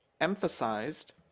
emphasized